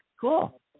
Cool